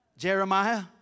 Jeremiah